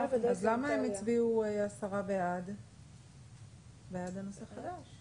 שיסביר לאותם לוחמים למה הם עכשיו לא יכולים לטוס בעולם או לא יכולים